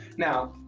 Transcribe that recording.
now,